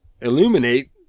illuminate